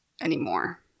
anymore